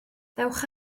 dewch